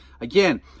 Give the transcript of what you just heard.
again